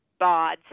bods